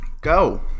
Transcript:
Go